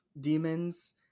demons